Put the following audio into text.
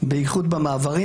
בייחוד במעברים,